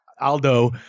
Aldo